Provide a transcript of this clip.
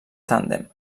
tàndem